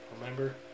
Remember